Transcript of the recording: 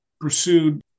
pursued